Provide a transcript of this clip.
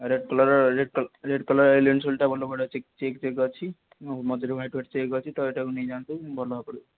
red colour red colour red colour ଏଲେନ୍ ସୋଲିଟା ଭଲ ପଡ଼ିବ ଚେକ୍ ଚେକ୍ ଚେକ୍ ଅଛି ମଝିରେ ହ୍ଵାଇଟ୍ ହ୍ଵାଇଟ୍ ଚେକ୍ ଅଛି ତ ଏଇଟାକୁ ନେଇଯାଆନ୍ତୁ ଭଲ ପଡ଼ିବ